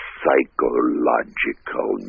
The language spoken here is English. psychological